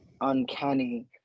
uncanny